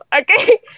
Okay